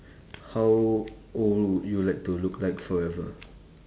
how old would you like to look like forever